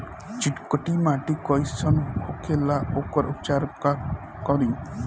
चिकटि माटी कई सन होखे ला वोकर उपचार कई से करी?